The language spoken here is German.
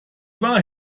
war